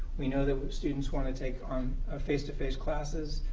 we know that students want to take on face-to-face classes.